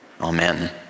Amen